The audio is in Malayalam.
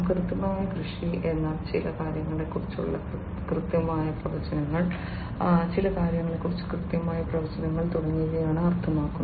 കൃത്യമായ കൃഷി എന്നാൽ ചില കാര്യങ്ങളെക്കുറിച്ചുള്ള കൃത്യമായ പ്രവചനങ്ങൾ ചില കാര്യങ്ങളെക്കുറിച്ചുള്ള കൃത്യമായ പ്രവചനങ്ങൾ തുടങ്ങിയവയാണ് അർത്ഥമാക്കുന്നത്